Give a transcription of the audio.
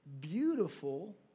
beautiful